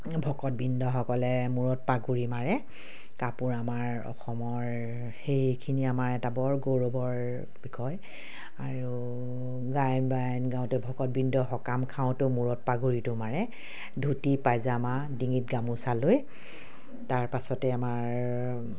ভকতবৃন্দসকলে মূৰত পাগুৰি মাৰে কাপোৰ আমাৰ অসমৰ সেইখিনি আমাৰ এটা বৰ গৌৰৱৰ বিষয় আৰু গায়ন বায়ন গাওঁতে ভকতবৃন্দ সকাম খাওঁতেও মূৰত পাগুৰিটো মাৰে ধুতি পাইজামা ডিঙিত গামোচা লৈ তাৰপাছতে আমাৰ